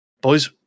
boys